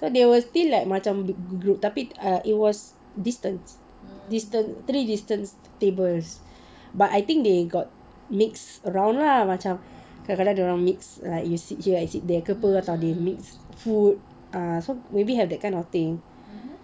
so there were still like macam bergroup tapi err it was distance distance three distance tables but I think they got mix around lah macam kadang-kadang dorang mix like you sit here I sit there ke apa mix food err so maybe have that kind of thing